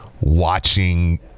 watching